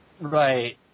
Right